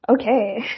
okay